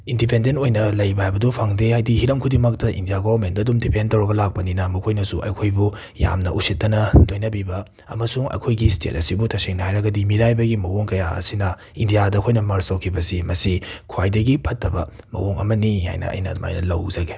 independent ꯑꯣꯏꯅ ꯂꯩꯕ ꯍꯥꯏꯕꯗꯨ ꯐꯪꯗꯦ ꯍꯥꯏꯗꯤ ꯍꯤꯔꯝ ꯈꯨꯗꯤꯡꯃꯛꯇ ꯏꯟꯗ꯭ꯌꯥ ꯒꯣꯃꯦꯟꯗ ꯑꯗꯨꯝ ꯗꯤꯄꯦꯟ ꯇꯧꯔꯒ ꯂꯥꯛꯄꯅꯤꯅ ꯃꯈꯣꯏꯅꯁꯨ ꯑꯩꯈꯣꯏꯕꯨ ꯌꯥꯝꯅ ꯎꯏꯁꯤꯠꯇꯅ ꯂꯣꯏꯅꯕꯤꯕ ꯑꯃꯁꯨꯡ ꯑꯩꯈꯣꯏꯒꯤ ꯁ꯭ꯇꯦꯠ ꯑꯁꯤꯕꯨ ꯇꯁꯦꯡꯅ ꯍꯥꯏꯔꯒꯗꯤ ꯃꯤꯔꯥꯏꯕꯒꯤ ꯃꯑꯣꯡ ꯀꯌꯥ ꯑꯁꯤꯅ ꯏꯟꯗ꯭ꯌꯥꯗ ꯑꯩꯈꯣꯏꯅ ꯃꯔꯁ ꯇꯧꯈꯤꯕꯁꯤ ꯃꯁꯤ ꯈ꯭ꯋꯥꯏꯗꯒꯤ ꯐꯠꯇꯕ ꯃꯑꯣꯡ ꯑꯃꯅꯤ ꯍꯥꯏꯅ ꯑꯩꯅ ꯑꯗꯨꯃꯥꯏꯅ ꯂꯧꯖꯒꯦ